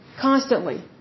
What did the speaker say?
Constantly